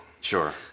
Sure